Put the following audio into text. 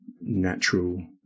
natural